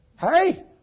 Hey